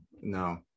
no